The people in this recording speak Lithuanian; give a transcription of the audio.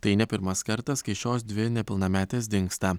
tai ne pirmas kartas kai šios dvi nepilnametės dingsta